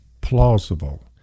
plausible